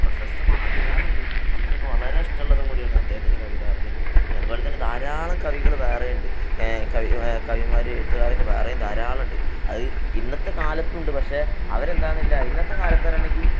പ്രശസ്തമാണ് അതിലേറെയെന്താണ് നമുക്കൊക്കെ വളരെ ഇഷ്ടമുള്ളതും കൂടിയാണ് അദ്ദേഹത്തിൻ്റെ കവിതയെന്ന് പറയുകയാണെങ്കില് പിന്നെ അതുപോലെ തന്നെ ധാരാളം കവികള് വേറെയുണ്ട് കവിമാര് എഴുത്തുകാരൊക്കെ വേറെയും ധാരാളമുണ്ട് അത് ഇന്നത്തെ കാലത്തുമുണ്ട് പക്ഷേ അവര് എന്താകുന്നില്ല ഇന്നത്തെ കാലത്ത് പറയുകയാണെന്നുണ്ടെങ്കില്